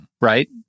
right